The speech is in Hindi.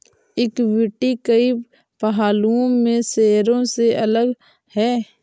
इक्विटी कई पहलुओं में शेयरों से अलग है